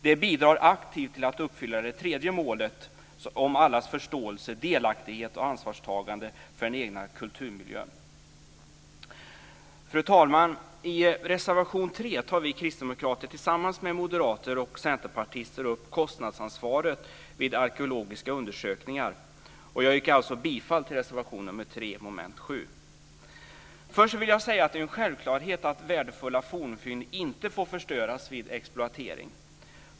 Det bidrar aktivt till att uppfylla det tredje målet om allas förståelse, delaktighet och ansvarstagande för den egna kulturmiljön. Fru talman! I reservation 3 tar vi kristdemokrater tillsammans med moderater och centerpartister upp kostnadsansvaret vid arkeologiska undersökningar. Jag yrkar alltså bifall till reservation nr 3, under mom. Det är en självklarhet att värdefulla fornfynd inte får förstöras vid exploatering.